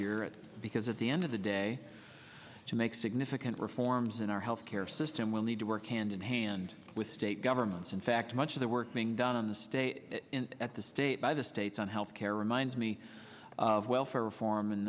year because at the end of the day to make significant reforms in our health care system will need to work hand in hand with state governments in fact much of the work being done on the state at the state by the states on health care reminds me of welfare reform in